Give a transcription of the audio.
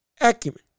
acumen